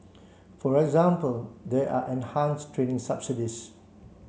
for example there are enhanced training subsidies